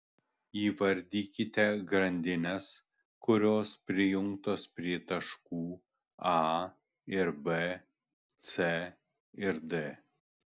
įvardykite grandines kurios prijungtos prie taškų a ir b c ir d